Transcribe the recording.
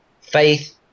Faith